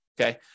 Okay